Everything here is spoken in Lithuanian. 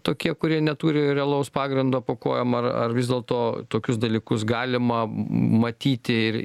tokie kurie neturi realaus pagrindo po kojom ar ar vis dėlto tokius dalykus galima m matyti ir